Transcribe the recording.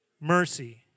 Mercy